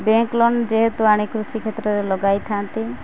bank loan ଯେହେତୁ ଆଣ କୃଷି କ୍ଷେତ୍ରରେ ଲଗାଇଥାନ୍ତି